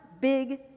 big